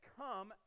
come